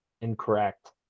Incorrect